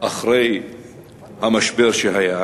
אחרי המשבר שהיה